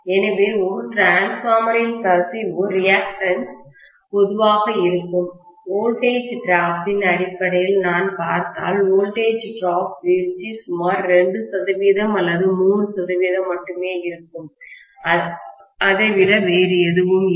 எனவே ஒரு டிரான்ஸ்பார்மரின்மின்மாற்றியின் கசிவு ரியாக்டென்ஸ் பொதுவாக இருக்கும் வோல்டேஜ் டிராப்பின்வீழ்ச்சியின் அடிப்படையில் நான் பார்த்தால் வோல்டேஜ் டிராப் வீழ்ச்சி சுமார் 2 சதவீதம் அல்லது 3 சதவீதம் மட்டுமே இருக்கும் அதை விட வேறு எதுவும் இல்லை